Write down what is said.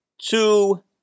two